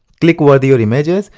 click-worthy your image is.